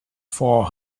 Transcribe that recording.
for